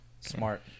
Smart